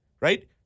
right